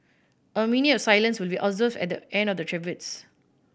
a minute of silence will be observed at the end of the tributes